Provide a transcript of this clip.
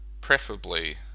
preferably